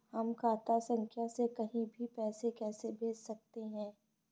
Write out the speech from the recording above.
हम खाता संख्या से कहीं भी पैसे कैसे भेज सकते हैं?